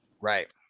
Right